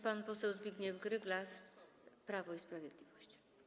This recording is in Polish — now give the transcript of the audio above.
Pan poseł Zbigniew Gryglas, Prawo i Sprawiedliwość.